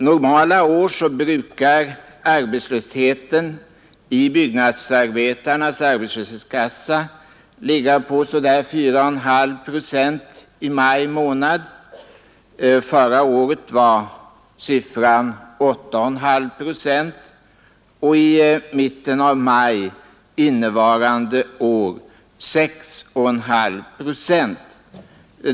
Normala år brukar arbetslösheten inom byggnadsarbetarnas arbetslöshetskassa ligga på ca 4,5 procent i maj månad. Förra året var siffran 8,5 procent, och i mitten av maj innevarande är 6,5 procent.